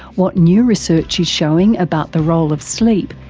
what new research is showing about the role of sleep,